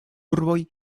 urboj